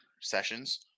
sessions